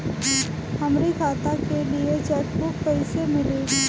हमरी खाता के लिए चेकबुक कईसे मिली?